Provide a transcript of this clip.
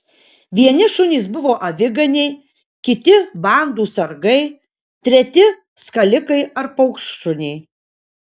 vieni šunys buvo aviganiai kiti bandų sargai treti skalikai ar paukštšuniai